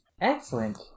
excellent